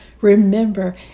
Remember